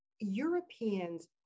Europeans